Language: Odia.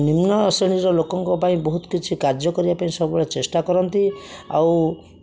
ନିମ୍ନ ଶ୍ରେଣୀର ଲୋକଙ୍କପାଇଁ ବହୁତ କିଛି କାର୍ଯ୍ୟ କରିବା ପାଇଁ ସବୁବେଳେ ଚେଷ୍ଟା କରନ୍ତି ଆଉ